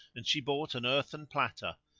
and she bought an earthen platter,